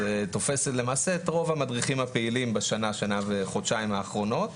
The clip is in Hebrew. זה תופס למעשה את רוב המדריכים הפעילים בשנה-שנה וחודשיים האחרונות.